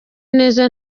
neza